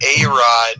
A-Rod